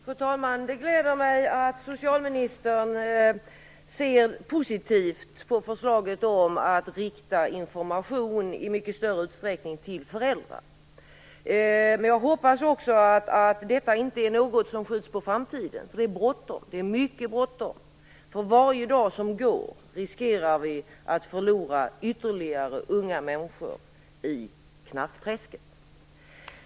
Fru talman! Det gläder mig att socialministern ser positivt på förslaget att i mycket större utsträckning rikta information till föräldrar. Jag hoppas också att detta inte är något som skjuts på framtiden, eftersom det är bråttom, mycket bråttom. För varje dag som går riskerar vi att förlora ytterligare unga människor i knarkträsket.